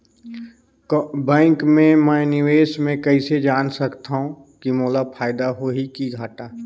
Bank मे मैं निवेश मे कइसे जान सकथव कि मोला फायदा होही कि घाटा?